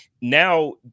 Now